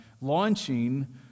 launching